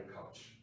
coach